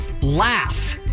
laugh